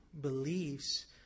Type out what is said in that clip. beliefs